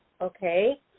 Okay